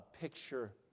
picture